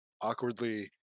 awkwardly